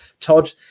Todd